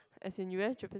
as in you went Japan